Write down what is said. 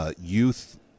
youth